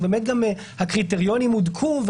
גם הקריטריונים הודקו,